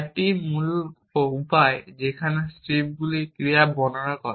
এটি মূল উপায় যেখানে স্ট্রিপগুলি ক্রিয়াগুলি বর্ণনা করে